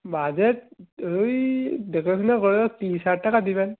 budget ওই দেখে শুনে করে তিরিশ হাজার টাকা দেবেন